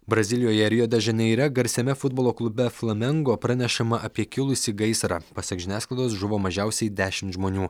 brazilijoje rio de žaneire garsiame futbolo klube flamengo pranešama apie kilusį gaisrą pasak žiniasklaidos žuvo mažiausiai dešimt žmonių